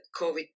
COVID